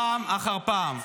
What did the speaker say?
פעם אחר פעם.